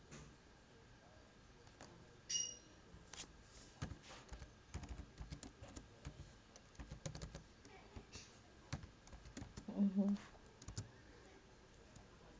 mmhmm